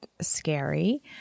scary